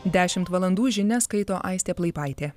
dešimt valandų žinias skaito aistė plaipaitė